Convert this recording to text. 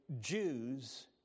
Jews